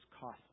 costly